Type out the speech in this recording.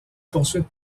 poursuites